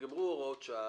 נגמרו הוראות השעה,